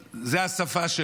זו השפה שלהם.